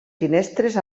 finestres